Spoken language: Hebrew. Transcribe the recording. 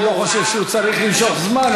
אני לא חושב שהוא צריך למשוך זמן,